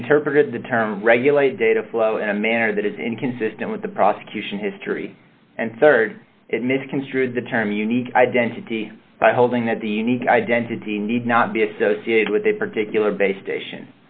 interpreted the term regulate data flow and manner that is inconsistent with the prosecution history and rd it misconstrued the term unique identity by holding that the unique identity need not be associated with a particular base station